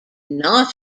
not